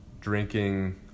drinking